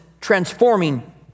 transforming